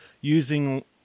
using